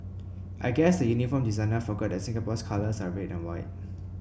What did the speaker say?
I guess the uniform designer forgot that Singapore's colours are red and white